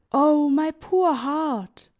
oh! my poor heart!